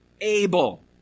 able